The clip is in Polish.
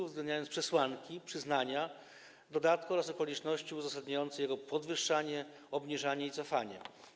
uwzględniając przesłanki przyznania dodatku oraz okoliczności uzasadniające jego podwyższanie, obniżanie i cofanie.